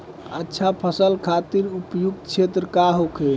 अच्छा फसल खातिर उपयुक्त क्षेत्र का होखे?